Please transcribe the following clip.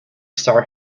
star